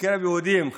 בקרב יהודים,